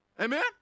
Amen